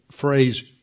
phrase